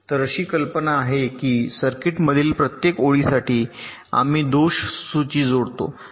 तर अशी कल्पना आहे की सर्किटमधील प्रत्येक ओळीसाठी आम्ही दोष सूची जोडतो